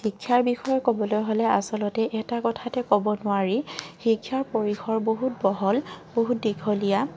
শিক্ষাৰ বিষয়ে ক'বলৈ হ'লে আচলতে এটা কথাতে ক'ব নোৱাৰি শিক্ষাৰ পৰিসৰ বহুত বহল বহুত দীঘলীয়া